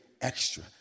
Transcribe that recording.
extra